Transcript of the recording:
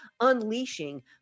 unleashing